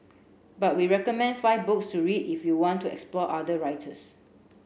but we recommend five books to read if you want to explore other writers